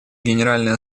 генеральная